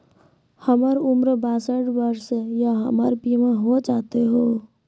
हमर उम्र बासठ वर्ष या हमर बीमा हो जाता यो?